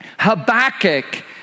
Habakkuk